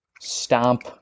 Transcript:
stomp